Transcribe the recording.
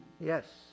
Yes